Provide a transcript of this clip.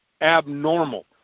abnormal